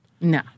No